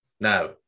Now